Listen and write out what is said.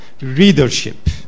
readership